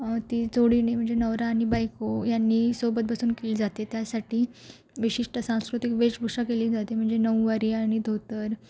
ती जोडीनी म्हणजे नवरा आणि बायको यांनी सोबत बसून केली जाते त्यासाठी विशिष्ट सांस्कृतिक वेशभूषा केली जाते म्हणजे नऊवारी आणि धोतर